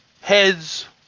heads